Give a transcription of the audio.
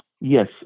Yes